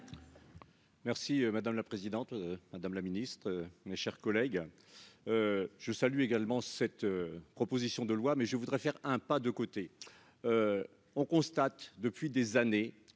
Merci madame la présidente. Madame la Ministre, mes chers collègues. Je salue également cette proposition de loi mais je voudrais faire un pas de côté. On constate depuis des années